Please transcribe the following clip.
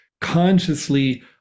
consciously